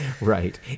Right